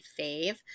fave